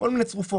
כל מיני צרופות,